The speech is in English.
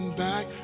back